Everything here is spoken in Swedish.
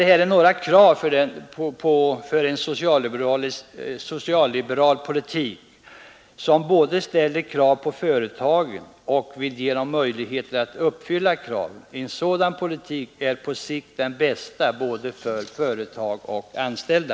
Detta är några punkter i en social-liberal politik, som både ställer krav på företagen och vill ge dem möjligheter att uppfylla kraven. En sådan politik är på sikt den bästa för både företagen och de anställda.